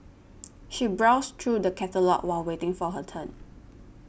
she browsed through the catalogues while waiting for her turn